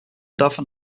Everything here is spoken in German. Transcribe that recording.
davon